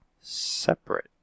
separate